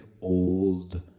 old